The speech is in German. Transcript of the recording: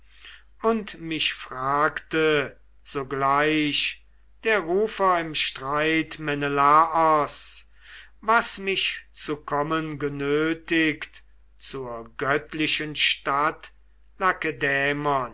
und mich fragte sogleich der rufer im streit menelaos was mich zu kommen genötigt zur göttlichen stadt